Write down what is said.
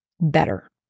better